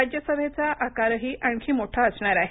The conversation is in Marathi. राज्यसभेचा आकारही आणखी मोठा असणार आहे